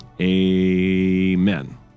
Amen